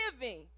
giving